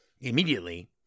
immediately